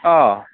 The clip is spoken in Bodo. अ